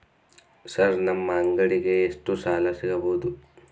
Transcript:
Sir ನಮ್ಮ ಅಂಗಡಿಗೆ ಎಷ್ಟು ಸಾಲ ಸಿಗಬಹುದು?